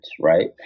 right